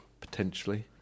potentially